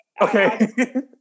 Okay